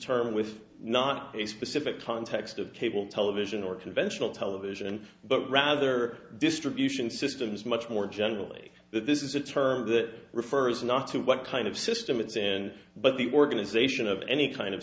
erm with not a specific context of cable television or conventional television but rather distribution systems much more generally that this is a term that refers not to what kind of system it's an but the organization of any kind of